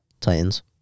Titans